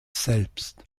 selbst